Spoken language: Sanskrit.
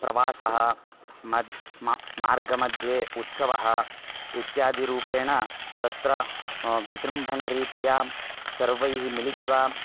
प्रवासः मद् म मार्गमध्ये उत्सवः इत्यादिरूपेण तत्र विजृम्भणरीत्या सर्वैः मिलित्वा